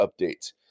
updates